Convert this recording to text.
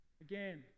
Again